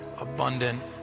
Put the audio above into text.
abundant